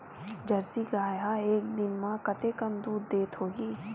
Jersey गाय ह एक दिन म कतेकन दूध देत होही?